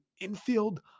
infield